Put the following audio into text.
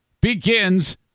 begins